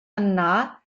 yna